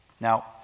Now